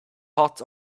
hot